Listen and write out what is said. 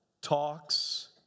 talks